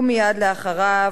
ומייד אחריו,